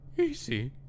Easy